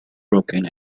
broken